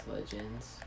Legends